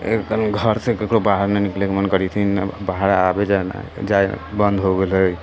एहि कारण घरसँ ककरो बाहर नहि निकलैके मन करैत हइ नहि बाहर आबै जाइमे जाइ बन्द हो गेल हइ